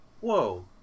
whoa